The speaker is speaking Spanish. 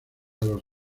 los